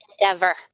endeavor